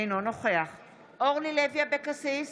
אינו נוכח אורלי לוי אבקסיס,